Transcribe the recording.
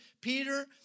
Peter